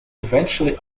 eventually